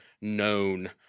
known